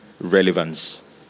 relevance